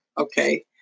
Okay